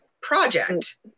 project